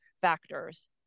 factors